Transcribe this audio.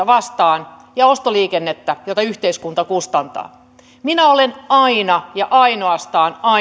vastaan ja ostoliikennettä jota yhteiskunta kustantaa minä olen aina ja ainoastaan